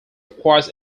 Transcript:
requires